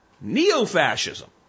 Neo-fascism